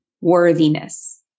worthiness